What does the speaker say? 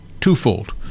twofold